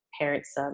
parents